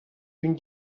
une